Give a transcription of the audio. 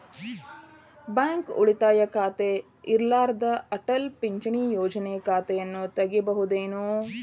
Bank ಉಳಿತಾಯ ಖಾತೆ ಇರ್ಲಾರ್ದ ಅಟಲ್ ಪಿಂಚಣಿ ಯೋಜನೆ ಖಾತೆಯನ್ನು ತೆಗಿಬಹುದೇನು?